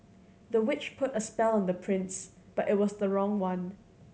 the witch put a spell on the prince but it was the wrong one